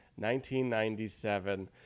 1997